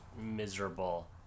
miserable